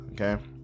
okay